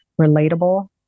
relatable